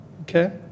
Okay